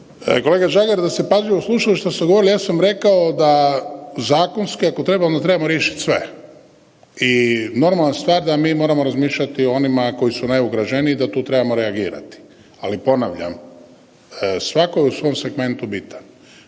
Kolega Žagar, da ste pažljivo slušali što su govorili, ja sam rekao da zakonski, ako trebamo, trebamo riješiti sve. I normalna stvar da mi moramo razmišljati o onima koji su najugroženiji, da tu trebamo reagirati, ali ponavljam, svatko je u svom segmentu bitan.